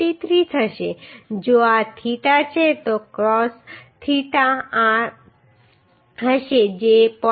43 થશે જો આ થીટા છે તો કોસ થીટા આ હશે જે 0